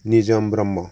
Nijom Brahma